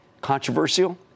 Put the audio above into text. Controversial